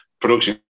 production